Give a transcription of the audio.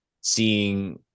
seeing –